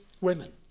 women